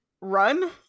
run